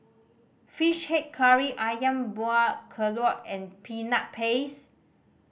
Fish Head Curry Ayam Buah Keluak and Peanut Paste